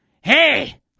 Hey